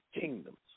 kingdoms